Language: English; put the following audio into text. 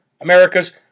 America's